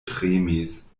tremis